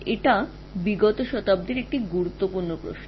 এটি গত শতাব্দীর শেষ দিকের বড় প্রশ্ন